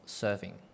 serving